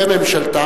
וממשלתה,